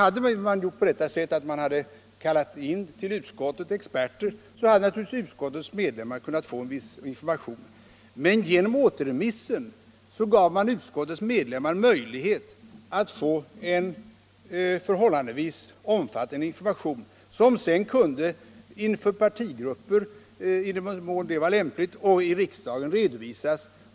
Om man kallat in experter till utskottet hade naturligtvis utskottets ledamöter kunnat få en viss information. Men genom återremissen gav man utskottets ledamöter möjlighet att få en förhållandevis omfattande information som sedan kunde redovisas inför partigrupper, i den mån det var lämpligt, och i kammare.